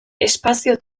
espazio